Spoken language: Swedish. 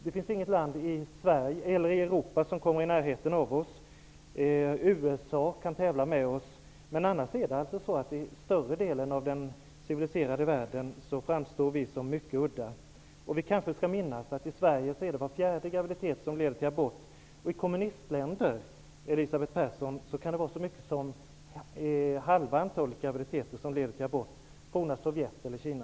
Det finns inget land i Europa som kommer i närheten av oss. USA kan tävla med oss. Annars framstår Sverige i större delen av den civiliserade världen som mycket udda. Vi kanske skall minnas att var fjärde graviditet i Sverige leder till abort. I kommunistländer, Elisabeth Persson, kan så mycket som hälften av alla graviditeter leda till abort, t.ex. i det forna Sovjet eller i Kina.